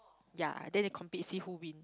yea then they compete see who win